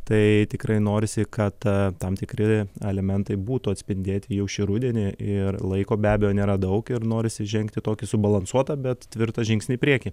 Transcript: tai tikrai norisi kad tam tikri elementai būtų atspindėti jau šį rudenį ir laiko be abejo nėra daug ir norisi žengti tokį subalansuotą bet tvirtą žingsnį į priekį